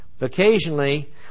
Occasionally